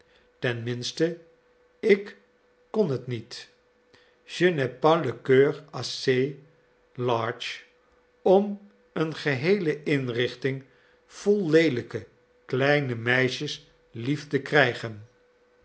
ik kon het niet je n'ai pas le coeur assez large om een geheele inrichting vol leelijke kleine meisjes lief te krijgen